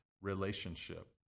relationship